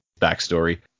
backstory